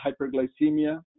hyperglycemia